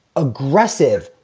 aggressive,